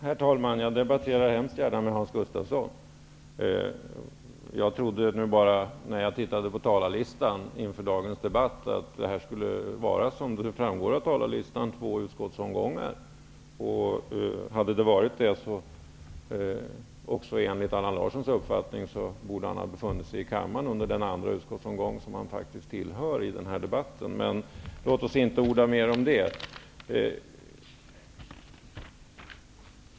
Herr talman! Jag diskuterar mycket gärna med Hans Gustafsson. Jag trodde bara när jag såg på talarlistan inför dagens debatt att det skulle bli två utskottsomgångar. Om också Allan Larsson hade menat att så var fallet, borde han ha funnits i kammaren under den andra utskottsomgången, där han faktiskt är uppsatt i denna debatt. Men låt oss inte orda mer om det.